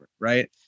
right